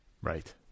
right